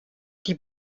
die